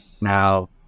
now